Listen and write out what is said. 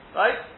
right